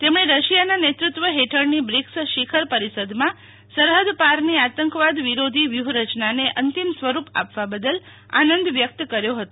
તેમણે રશિયાના નેતૃત્વ હેઠળની બ્રિકસ શિખરપરિષદમાં સરહદ પારની આતંકવાદ વિરોધી વ્યૂહરચનાને અંતિમ સ્વરૂપ આપવા બદલ આનંદ વ્યકતકર્યો હતો